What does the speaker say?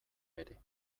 ere